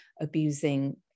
abusing